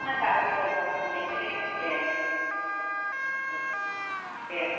खोनाबाय दे गाबोनफोर नायनिसै दे दे